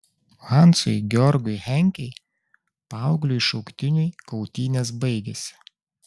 hansui georgui henkei paaugliui šauktiniui kautynės baigėsi